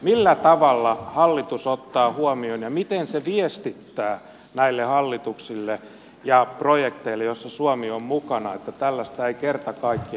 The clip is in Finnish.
millä tavalla hallitus ottaa huomioon ja miten se viestittää näille hallituksille ja projekteille joissa suomi on mukana että tällaista ei kerta kaikkiaan saa tapahtua